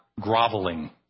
groveling